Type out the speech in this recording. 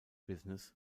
business